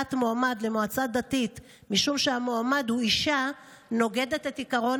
אי-הכללת מועמד למועצה דתית משום שהמועמד הוא אישה נוגד את עקרון